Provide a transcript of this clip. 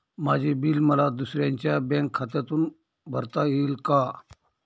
माझे बिल मला दुसऱ्यांच्या बँक खात्यातून भरता येईल का?